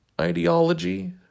Ideology